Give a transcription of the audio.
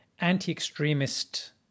anti-extremist